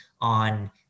on